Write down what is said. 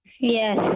Yes